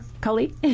Kali